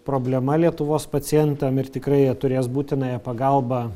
problema lietuvos pacientam ir tikrai jie turės būtinąją pagalbą